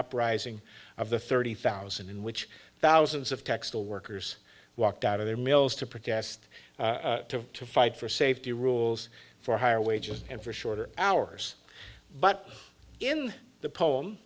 uprising of the thirty thousand in which thousands of textile workers walked out of their mills to protest to fight for safety rules for higher wages and for shorter hours but in the poem